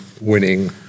winning